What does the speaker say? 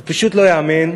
זה פשוט לא ייאמן.